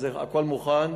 אז הכול מוכן,